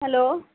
hello